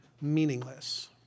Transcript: meaningless